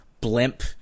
blimp